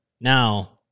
now